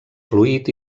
fluid